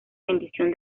bendición